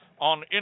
on